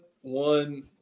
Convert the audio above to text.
one –